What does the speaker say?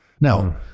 Now